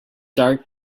dark